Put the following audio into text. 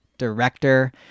director